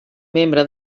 membre